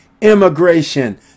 immigration